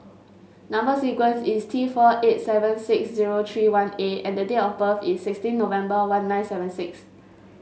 number sequence is T four eight seven six zero three one A and the date of birth is sixteen November one nine seven six